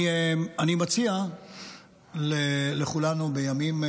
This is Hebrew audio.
אני מציע לכולנו בימים,